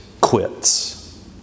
quits